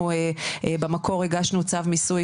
אנחנו במקור הגשנו צו מיסוי,